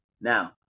Now